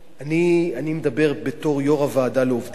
אני מדבר בתור יושב-ראש הוועדה לעובדים זרים.